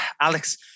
Alex